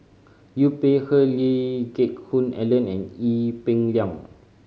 Liu Peihe Lee Geck Hoon Ellen and Ee Peng Liang